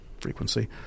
frequency